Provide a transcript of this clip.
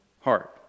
heart